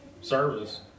service